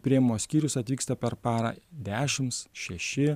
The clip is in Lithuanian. priėmimo skyrius atvyksta per parą dešimts šeši